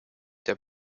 der